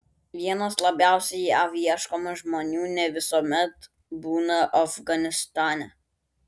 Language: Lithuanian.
vienas labiausiai jav ieškomų žmonių ne visuomet būna afganistane